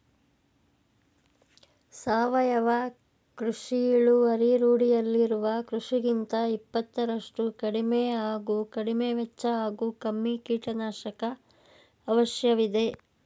ಸಾವಯವ ಕೃಷಿ ಇಳುವರಿ ರೂಢಿಯಲ್ಲಿರುವ ಕೃಷಿಗಿಂತ ಇಪ್ಪತ್ತರಷ್ಟು ಕಡಿಮೆ ಹಾಗೂ ಕಡಿಮೆವೆಚ್ಚ ಹಾಗೂ ಕಮ್ಮಿ ಕೀಟನಾಶಕ ಅವಶ್ಯವಿದೆ